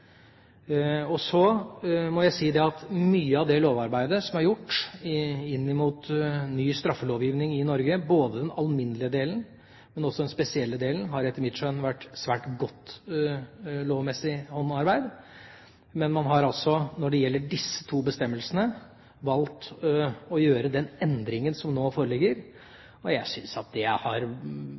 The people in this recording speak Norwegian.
det. Så må jeg si at mye av det lovarbeidet som er gjort i forbindelse med ny straffelovgivning i Norge – både når det gjelder den alminnelige delen, og når det gjelder den spesielle delen – har etter mitt skjønn vært et svært godt lovmessig håndarbeid, men når det gjelder disse to bestemmelsene, har man altså valgt å gjøre den endringen som nå foreligger. Jeg syns at det har